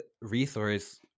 resource